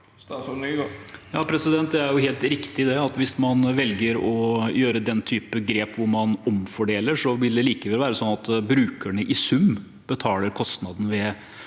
Nygård Det er helt rik- tig at hvis man velger å gjøre den type grep, hvor man omfordeler, vil det likevel være sånn at brukerne i sum betaler kostnaden ved